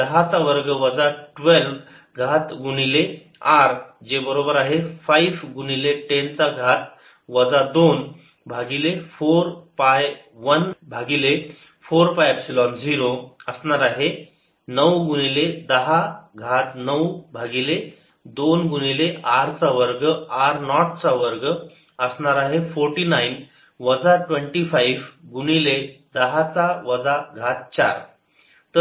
10 चा वजा 12 घात गुणिले r जे बरोबर आहे 5 गुणिले 10 घात वजा 2 भागिले 4 पाय 1 भागिले 4 पाय एपसिलोन 0 असणार आहे नऊ गुणिले 10 घात 9 भागिले 2 गुणिले r चा वर्ग r नॉट चा वर्ग असणार आहे 49 वजा 25 गुणिले 10 चा वजा 4